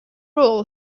all